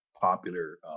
popular